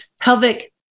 pelvic